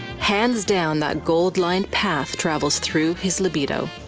hands down, that gold-lined path travels through his libido.